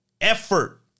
effort